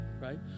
right